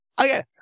Okay